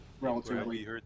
relatively